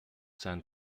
san